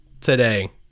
today